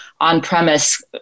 on-premise